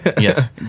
Yes